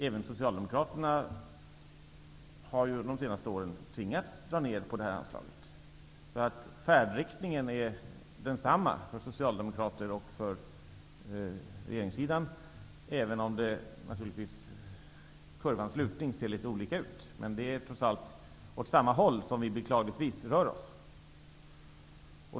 Även Socialdemokraterna har de senaste åren tvingats dra ner på det här anslaget. Så färdriktningen är densamma för Socialdemokraterna och regeringssidan, även om kurvans lutning ser litet olika ut. Det är trots allt åt samma håll som vi beklagligtvis rör oss.